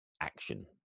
action